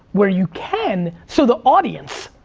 where you can, so the audience.